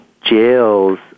jails